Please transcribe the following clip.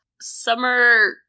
Summer